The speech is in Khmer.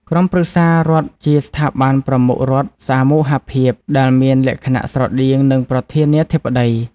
ក្រុមប្រឹក្សារដ្ឋជាស្ថាប័នប្រមុខរដ្ឋសមូហភាព ដែលមានលក្ខណៈស្រដៀងនឹងប្រធានាធិបតី ។